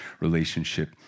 relationship